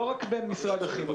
לא רק כלפי משרד החינוך.